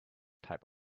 type